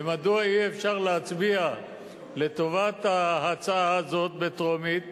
ומדוע אי-אפשר להצביע לטובת ההצעה הזאת בקריאה טרומית,